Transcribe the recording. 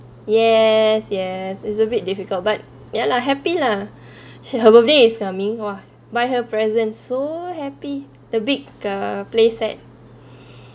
yes yes it's a bit difficult but ya lah happy lah her birthday is coming !wah! buy her present so happy the big uh play-set